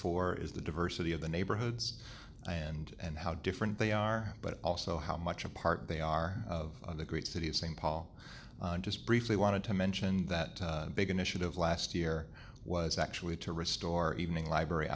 four is the diversity of the neighborhoods and and how different they are but also how much a part they are of the great city of st paul just briefly wanted to mention that big initiative last year was actually to restore evening library